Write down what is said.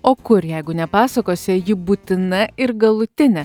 o kur jeigu ne pasakose ji būtina ir galutinė